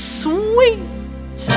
sweet